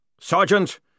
Sergeant